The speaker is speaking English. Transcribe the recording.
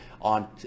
on